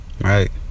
Right